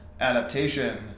adaptation